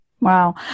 Wow